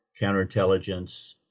counterintelligence